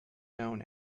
known